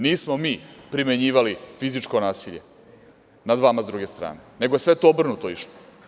Nismo mi primenjivali fizičko nasilje nad vama s druge strane, nego sve je to obrnuto išlo.